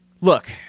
Look